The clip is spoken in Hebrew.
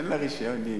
אין לה רשיון נהיגה,